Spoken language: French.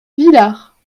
villars